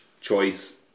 choice